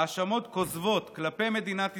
האשמות כוזבות כלפי מדינת ישראל,